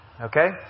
Okay